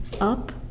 Up